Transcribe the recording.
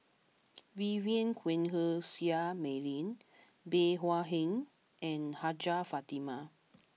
Vivien Quahe Seah Mei Lin Bey Hua Heng and Hajjah Fatimah